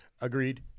Agreed